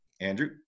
Andrew